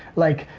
like,